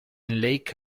lake